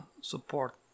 support